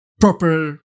proper